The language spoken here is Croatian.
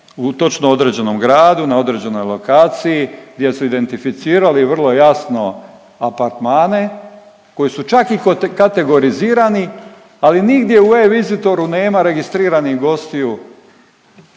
u točno određenom gradu, na određenoj lokaciji gdje su identificirali vrlo jasno apartmane koji su čak i kategorizirani, ali nigdje u eVisitoru nema registriranih gostiju